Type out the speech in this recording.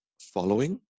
following